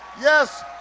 Yes